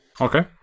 Okay